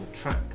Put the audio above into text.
Track